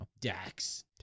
Dax